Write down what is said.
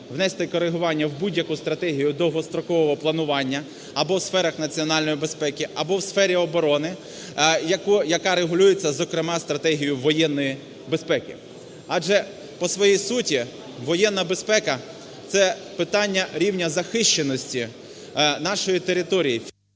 внести коригування в будь-яку стратегію довгострокового планування або в сферах національної безпеки, або в сфері оборони, яка регулюється, зокрема, стратегією воєнної безпеки. Адже по своїй суті воєнна безпека – це питання рівня захищеності нашої території.